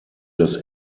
das